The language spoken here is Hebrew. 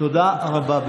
תודה רבה.